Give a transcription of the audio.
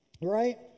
right